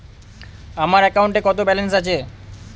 আমার অ্যাকাউন্টে কত ব্যালেন্স আছে?